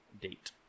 date